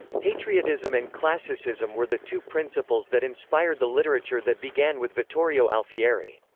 patriotism and classicism were the two principles that inspired the literature that began with vittorio alfieri.